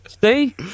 see